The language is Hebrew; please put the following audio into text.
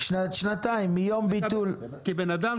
שנתיים מיום ביטול --- כי בן אדם,